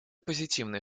позитивный